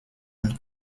und